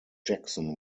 jackson